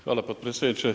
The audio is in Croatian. Hvala potpredsjedniče.